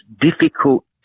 difficult